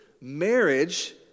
Marriage